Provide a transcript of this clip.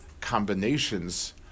combinations